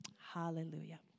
Hallelujah